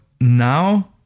now